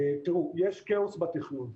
יש כאוס בתכנון.